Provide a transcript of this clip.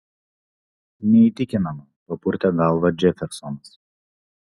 neįtikinama papurtė galvą džefersonas